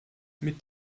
mit